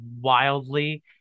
wildly